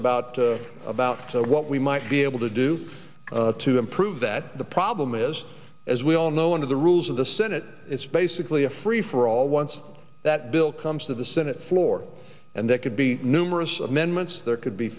ideas about about what we might be able to do to improve that the problem is as we all know under the rules of the senate it's basically a free for all once that bill comes to the senate floor and that could be numerous amendments there could be